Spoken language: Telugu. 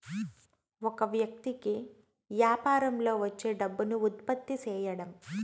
ఒక వ్యక్తి కి యాపారంలో వచ్చే డబ్బును ఉత్పత్తి సేయడం